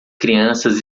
crianças